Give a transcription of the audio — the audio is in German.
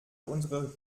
unserer